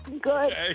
good